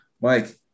Mike